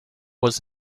was